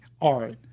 art